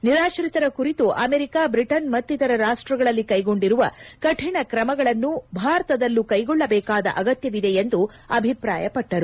ನಿರಾತ್ರಿತರ ಕುರಿತು America Britain ಮತ್ತಿತರ ರಾಷ್ಟಗಳಲ್ಲಿ ಕೈಗೊಂಡಿರುವ ಕಠಿಣ ಕ್ರಮಗಳನ್ನು ಭಾರತದಲ್ಲೂ ಕೈಗೊಳ್ಳಬೇಕಾದ ಅಗತ್ಯವಿದೆ ಎಂದು ಅವರು ಅಭಿಪ್ರಾಯಪಟ್ಟರು